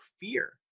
fear